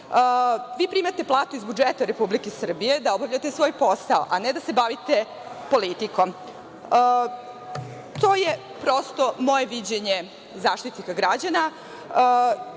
Vi primate platu iz budžeta RS da obavljate svoj posao, a ne da se bavite politikom. To je moje viđenje Zaštitnika građana.